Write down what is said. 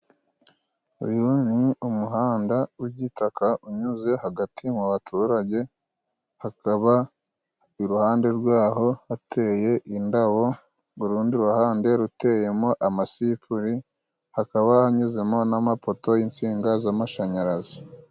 Uyu ni umuhanda w'igitaka unyuze hagati mu baturage, hakaba iruhande rw'aho hateye indabo, mu rundi ruhande ruteyemo amasipuri, hakaba hanyuzemo n'amapoto y'insinga z'amashanyarazi.